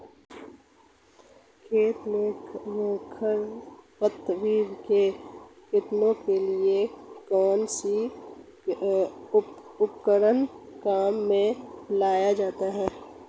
खेत में खरपतवार को काटने के लिए कौनसा उपकरण काम में लिया जाता है?